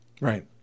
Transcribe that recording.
Right